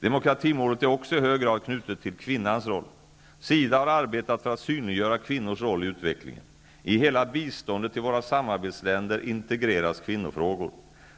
Demokratimålet är också i hög grad knutet till kvinnans roll. SIDA har arbetat för att synliggöra kvinnors roll i utvecklingen. I hela biståndet till våra samarbetsländer integreras kvinnofrågor.